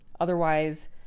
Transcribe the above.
Otherwise